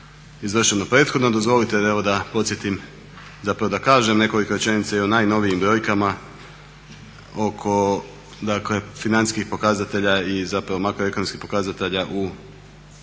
izvršeno prethodno. Dozvolite evo da podsjetim, zapravo da kažem nekoliko rečenica i o najnovijim brojkama oko dakle financijskih pokazatelja i zapravo makroekonomskih pokazatelja u prvim